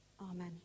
Amen